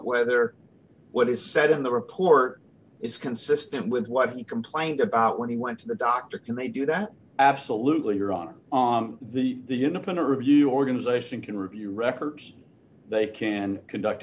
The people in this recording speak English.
whether what he said in the report is consistent with what he complained about when he went to the doctor can they do that absolutely you're on the the independent review organization can review records they can conduct